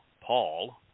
Paul